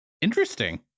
interesting